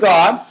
God